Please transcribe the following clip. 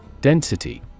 Density